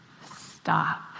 stop